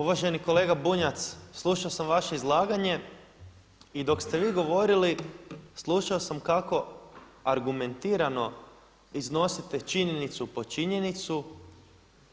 Uvaženi kolega Bunjac, slušao sam vaše izlaganje i dok ste vi govorili slušao sam kako argumentirano iznosite činjenicu po činjenicu